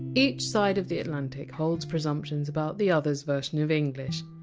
each side of the atlantic holds presumptions about the other! s version of english,